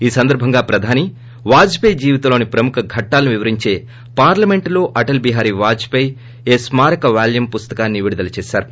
ఈ సందర్బంగా ప్రధాని వాజ్పాయ్ జీవితంలోని ప్రముఖ ఘట్లాలను వివరించే పార్లమెంటులో అటల్ బిహారీ వాజ్పాయ్ ఎస్మారక వాల్యూమ్ పుస్తకాన్ని విడుదల చేశారు